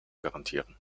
garantieren